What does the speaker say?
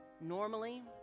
normally